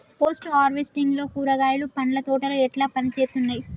Post harvesting లో కూరగాయలు పండ్ల తోటలు ఎట్లా పనిచేత్తనయ్?